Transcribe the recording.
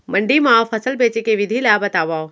मंडी मा फसल बेचे के विधि ला बतावव?